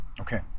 okay